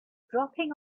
dropping